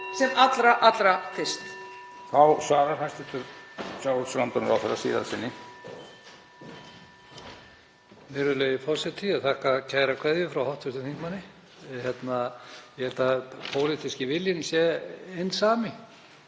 sem allra allra fyrst.